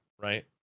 Right